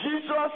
Jesus